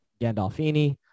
Gandolfini